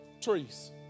trees